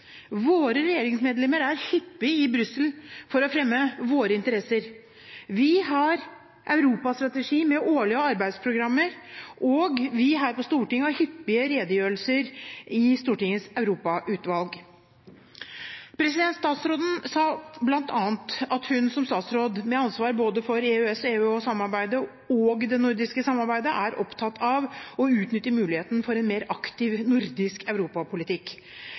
Våre regjeringsmedlemmer er hyppig i Brussel for å fremme våre interesser. Vi har europastrategi med årlige arbeidsprogrammer, og vi her på Stortinget har hyppige redegjørelser i Stortingets europautvalg. Statsråden sa bl.a. at hun, som statsråd med ansvar både for EU- og EØS-samarbeidet og for det nordiske samarbeidet, er opptatt av å utnytte mulighetene for en mer aktiv nordisk europapolitikk.